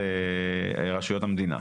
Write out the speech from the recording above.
באמצעות רשויות המדינה.